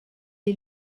est